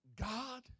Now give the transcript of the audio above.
God